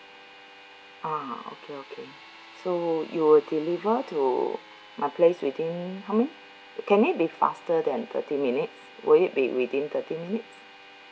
uh okay okay so you will deliver to my place within how many can it be faster than thirty minutes will it be within thirty minutes